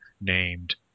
named